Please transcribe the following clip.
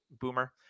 boomer